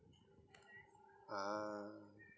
ah